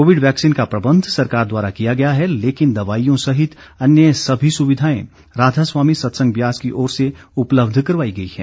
Covid vaccine का प्रबंध सरकार द्वारा किया गया है लेकिन दवाईयों सहित अन्य सभी सुविधाएं राधास्वामी सत्संग ब्यास की ओर से उपलब्ध करवाई गई हैं